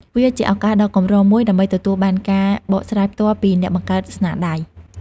វាជាឱកាសដ៏កម្រមួយដើម្បីទទួលបានការបកស្រាយផ្ទាល់ពីអ្នកបង្កើតស្នាដៃ។